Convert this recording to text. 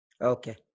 Okay